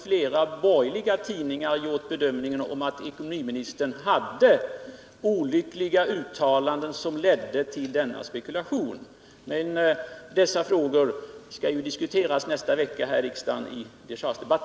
Flera borgerliga tidningar har gjort bedömningen att det i intervjun med ekonomiministern förekom olyckliga uttalanden, som ledde till denna spekulation. Men dessa frågor skall alltså diskuteras i nästa vecka i déchargedebatten.